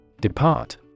Depart